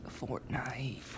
Fortnite